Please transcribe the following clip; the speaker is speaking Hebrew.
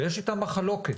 שיש איתה מחלוקת.